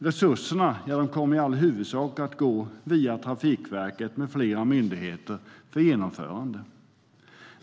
Resurserna kommer i all huvudsak att gå via Trafikverket och andra myndigheter för genomförande.